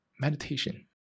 Meditation